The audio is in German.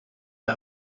der